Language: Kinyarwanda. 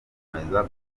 gukomeza